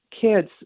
kids